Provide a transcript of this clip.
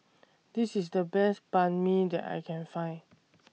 This IS The Best Banh MI that I Can Find